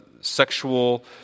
sexual